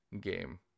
game